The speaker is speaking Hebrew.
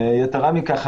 יתרה מכך,